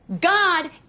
God